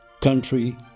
country